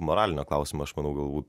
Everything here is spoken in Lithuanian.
moralinio klausimo aš manau galbūt